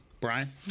Brian